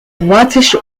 whitish